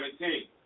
17